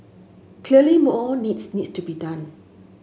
clearly more needs needs to be done